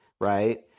right